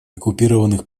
оккупированных